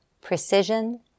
precision